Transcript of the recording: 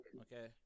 Okay